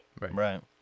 Right